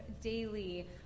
daily